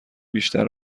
بیشتر